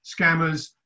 scammers